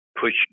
push